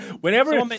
Whenever